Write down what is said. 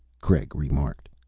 craig remarked.